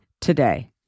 today